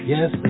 Yes